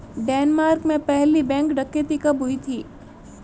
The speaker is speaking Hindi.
डेनमार्क में पहली बैंक डकैती कब हुई थी?